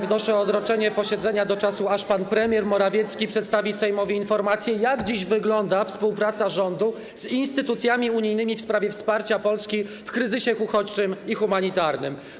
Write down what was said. Wnoszę o odroczenie posiedzenia do czasu, aż pan premier Morawiecki przedstawi Sejmowi informację, jak dziś wygląda współpraca rządu z instytucjami unijnymi w sprawie wsparcia Polski w kwestii kryzysu uchodźczego i humanitarnego.